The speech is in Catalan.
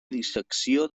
dissecció